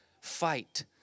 fight